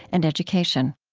and education